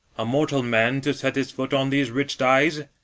a mortal man to set his foot on these rich dyes?